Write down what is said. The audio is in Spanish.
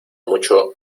mucho